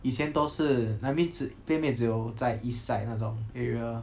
以前都是 I mean 只 playmade 只有在 east side 那种 area